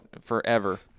forever